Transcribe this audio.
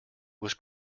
was